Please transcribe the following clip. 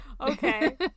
Okay